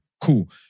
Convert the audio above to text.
Cool